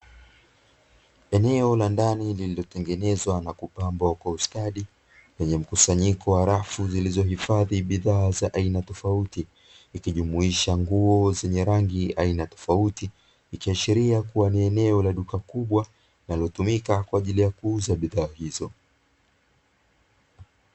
Eneo la ndani lililotengenezwa na kupambwa kwa ustadi lenye mkusanyiko wa rafu zilizohifadhi bidhaa za aina tofauti, ikijumuisha nguo zenye rangi aina tofauti, ikiashiria kuwa ni eneo la duka kubwa linalotumika kwa ajili ya kuuza bidhaa hizo.